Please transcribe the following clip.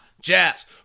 Jazz